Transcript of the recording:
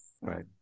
right